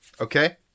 Okay